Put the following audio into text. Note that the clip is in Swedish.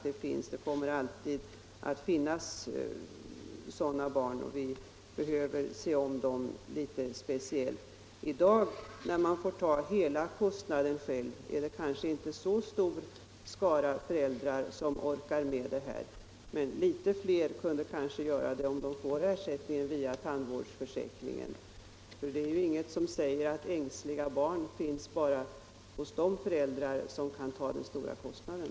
Det finns och kommer alltid att finnas ängsliga barn, som vi bör se om litet speciellt. När föräldrarna får ta på sig hela kostnaden själva, som de får göra i dag, är det kanske inte någon stor skara föräldrar som orkar med detta, men några fler skulle det väl ändå bli om de fick ersättning via tandvårdsförsäkringen. Det är ju ingenting som säger att ängsliga barn bara finns hos sådana föräldrar som kan ta den stora kostnaden.